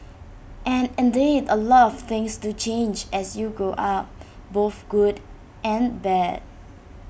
and indeed A lot of things do change as you grow up both good and bad